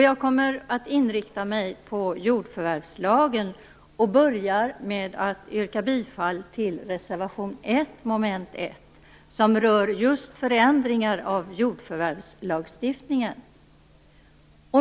Jag kommer att inrikta mig på jordförvärvslagen och börjar med att yrka bifall till reservation 1 under mom. 1, som rör just förändringar av jordförvärvslagstiftningen.